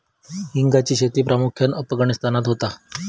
हिंगाची शेती प्रामुख्यान अफगाणिस्तानात होता